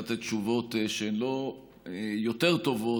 לתת תשובות שהן לא יותר טובות,